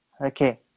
Okay